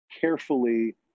carefully